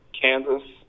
Kansas